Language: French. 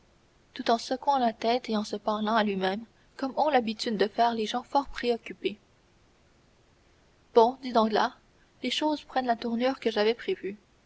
tout en secouant la tête et en se parlant à lui-même comme ont l'habitude de faire les gens fort préoccupés bon dit danglars les choses prennent la tournure que j'avais prévue